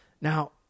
Now